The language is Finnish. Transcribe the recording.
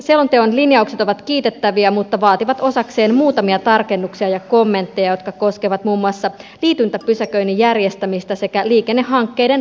selonteon linjaukset ovat kiitettäviä mutta vaativat osakseen muutamia tarkennuksia ja kommentteja jotka koskevat muun muassa liityntäpysäköinnin järjestämistä sekä liikennehankkeiden rahoitusta